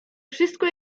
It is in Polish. wszystko